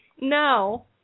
No